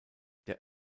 der